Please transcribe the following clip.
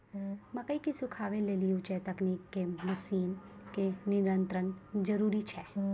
मकई के सुखावे लेली उच्च तकनीक के मसीन के नितांत जरूरी छैय?